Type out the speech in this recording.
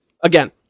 Again